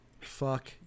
Fuck